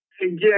Again